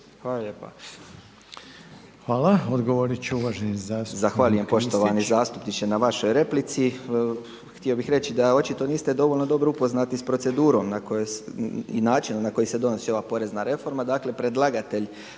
Hvala. Odgovorit će uvažena zastupnica